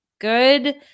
good